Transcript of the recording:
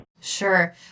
Sure